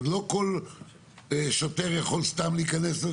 כלומר לא כל שוטר יכול סתם להיכנס,